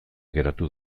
geratu